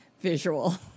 visual